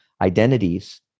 identities